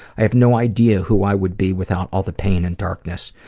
i have no idea who i would be without all the pain and darkness,